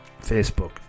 Facebook